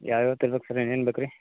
ಯಾವ ಯಾವ ತರ್ಬೇಕು ಸರ್ ಏನೇನು ಬೇಕು ರೀ